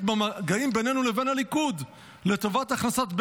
במגעים בינינו לבין הליכוד לטובת הכנסת,